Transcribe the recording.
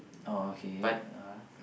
oh okay yeah